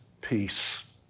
peace